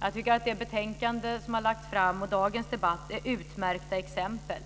Jag tycker att det betänkande som har lagts fram och dagens debatt är utmärkta exempel.